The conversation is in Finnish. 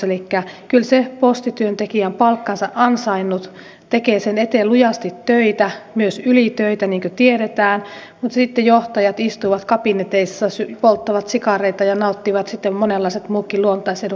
elikkä kyllä se postityöntekijä on palkkansa ansainnut tekee sen eteen lujasti töitä myös ylitöitä niin kuin tiedetään mutta sitten johtajat istuvat kabineteissa polttavat sikareita ja nauttivat sitten monenlaiset muutkin luontaisedut